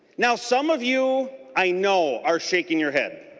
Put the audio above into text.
now some of you i know are shaking your head.